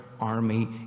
army